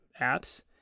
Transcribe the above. apps